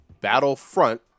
Battlefront